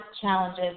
challenges